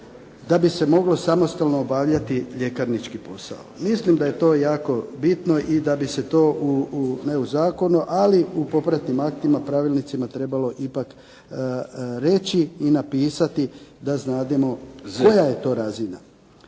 da bi se moglo samostalno obavljati ljekarnički posao. Mislim da je to jako bitno i da bi se to ne u zakonu, ali u popratnim aktima, pravilnicima trebalo ipak reći i napisati da znademo koja je to razina,